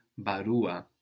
barua